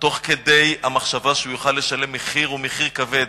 תוך כדי מחשבה שהוא יוכל לשלם מחיר, ומחיר כבד.